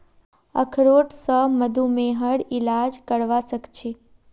अखरोट स मधुमेहर इलाज करवा सख छी